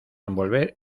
envolver